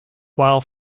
while